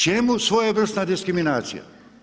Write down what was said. Čemu svojevrsna diskriminacija?